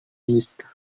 نیستند